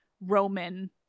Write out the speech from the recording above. Roman